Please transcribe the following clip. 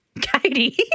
Katie